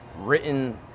written